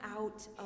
out